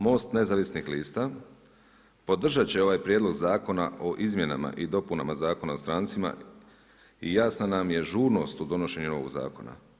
Most nezavisnih lista, podržat će ovaj prijedlog Zakona o izmjenama i dopunama Zakona o strancima i jasna nam je žurnost u donošenju ovog zakona.